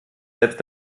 selbst